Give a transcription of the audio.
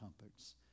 comforts